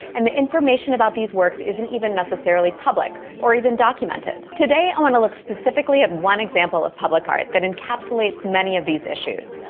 and the information about these works isn't even necessarily public, or even documented. today, i want to look specifically at one example of public art that encapsulates many of these issues,